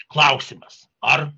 klausimas ar